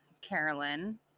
Carolyn